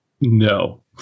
No